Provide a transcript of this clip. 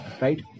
Right